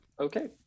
Okay